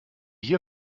hier